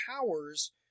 powers